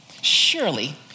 Surely